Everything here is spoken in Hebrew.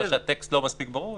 או שהטקסט לא מספיק ברור.